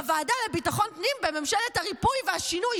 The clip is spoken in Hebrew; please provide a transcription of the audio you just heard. בוועדה לביטחון פנים בממשלת הריפוי והשינוי,